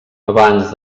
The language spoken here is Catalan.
abans